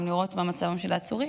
גם לראות מה מצבם של העצורים,